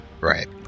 Right